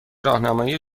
راهنمایی